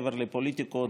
מעבר לפוליטיקות,